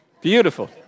Beautiful